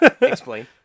Explain